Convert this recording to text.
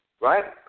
right